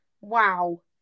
wow